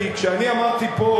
כי כשאני אמרתי פה,